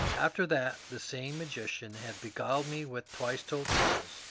after that the same magician had beguiled me with twice-told tales,